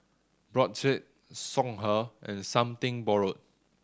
Brotzeit Songhe and Something Borrowed